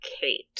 Kate